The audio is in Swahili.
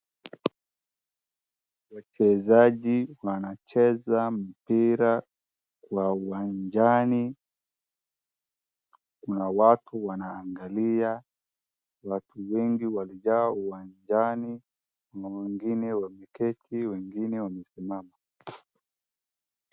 Wachezaji wanacheza mpira kwa uwanjani. Kuna watu wanaangalia. Watu wengi walijaa uwanjani kuna wengine wameketi wengine wamesimama.